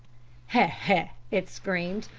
he, he it screamed.